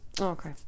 okay